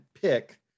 pick